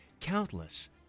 countless